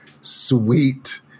sweet